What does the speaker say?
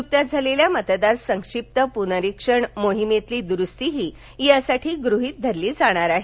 नुकत्याच झालेल्या मतदार संक्षिप्त पुनरिक्षण मोहिमेतील दुरुस्तीही त्यासाठी गृहीत धरली जाणार आहे